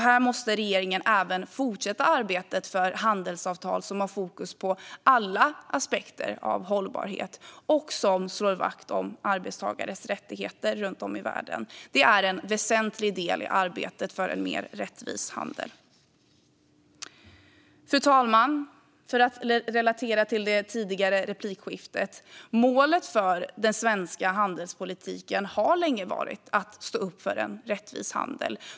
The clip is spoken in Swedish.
Här måste regeringen även fortsätta arbetet med att handelsavtal ska ha fokus på alla aspekter av hållbarhet och slå vakt om arbetstagares rättigheter runt om i världen. Det är en väsentlig del i arbetet för en mer rättvis handel. Fru talman! För att anknyta till det tidigare replikskiftet: Målet för den svenska handelspolitiken har länge varit att stå upp för en rättvis handel.